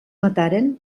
mataren